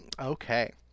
Okay